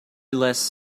less